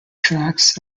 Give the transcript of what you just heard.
tracks